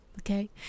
Okay